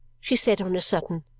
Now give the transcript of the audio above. she said on a sudden.